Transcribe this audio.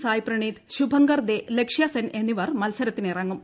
സായ് പ്രണീത് ശുഭങ്കർ ദേ ലക്ഷ്യ സെൻ എന്നിവർ മത്സ്രത്തിനിറങ്ങും